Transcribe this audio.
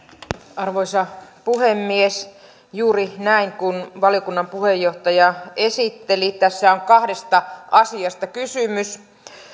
arvoisa puhemies juuri näin kuin valiokunnan puheenjohtaja esitteli tässä on kahdesta asiasta kysymys